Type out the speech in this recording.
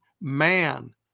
man